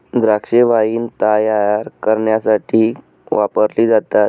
द्राक्षे वाईन तायार करण्यासाठी वापरली जातात